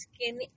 skinny